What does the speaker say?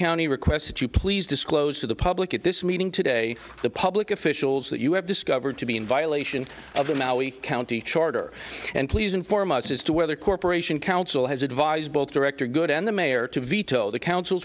county requests that you please disclose to the public at this meeting today the public officials that you have discovered to be in violation of the maui county charter and please inform us as to whether corporation council has advised both director good and the mayor to veto the council